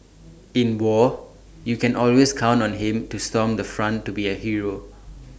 in war you can always count on him to storm the front to be A hero